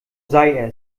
sei